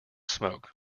smoke